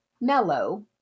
mellow